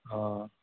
অ'